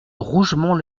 rougemont